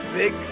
big